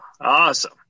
Awesome